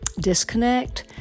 disconnect